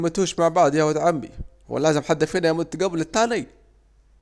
ليه منموتوشوا مع بعض يا واد عمي، هو لازم حد فينا يموت جبل التاني!